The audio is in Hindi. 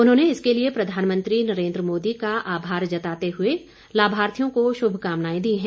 उन्होंने इसके लिए प्रधानमंत्री नरेन्द्र मोदी का आभार जताते हुए लाभार्थियों को शुभ कामनाएं दी हैं